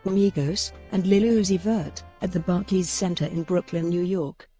migos, and lil uzi vert, at the barclays center in brooklyn, new york.